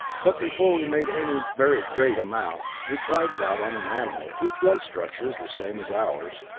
but before we made any very great amount, we tried it out on an animal, whose blood structure is the same as ours,